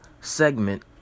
segment